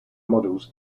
models